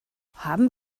haben